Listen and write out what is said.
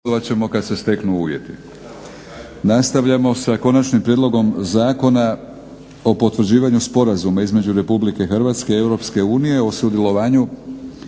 uvjeti